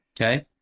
Okay